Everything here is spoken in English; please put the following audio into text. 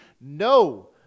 No